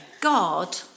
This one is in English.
God